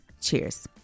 Cheers